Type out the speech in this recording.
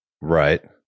Right